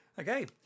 Okay